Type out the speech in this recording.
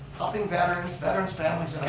helping veterans, veterans families